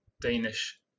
danish